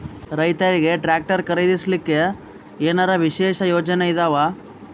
ರೈತರಿಗೆ ಟ್ರಾಕ್ಟರ್ ಖರೀದಿಸಲಿಕ್ಕ ಏನರ ವಿಶೇಷ ಯೋಜನೆ ಇದಾವ?